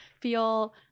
feel